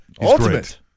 Ultimate